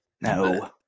No